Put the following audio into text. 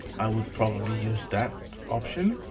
i would probably use that option,